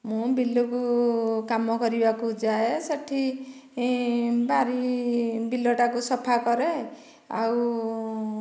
ମୁଁ ବିଲକୁ କାମ କରିବାକୁ ଯାଏ ସେଠି ବାରି ବିଲଟାକୁ ସଫା କରେ ଆଉ